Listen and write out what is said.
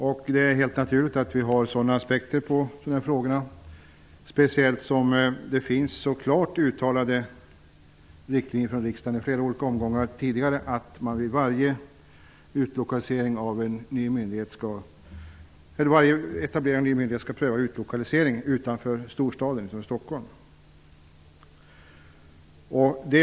Det är också helt naturligt att vi har sådana aspekter på dessa frågor, speciellt då det finns så klart uttalade riktlinjer från riksdagen i flera omgångar om att man vid varje etablerande av ny myndighet skall pröva utlokalisering utanför storstaden Stockholm.